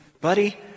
Buddy